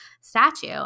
statue